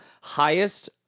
highest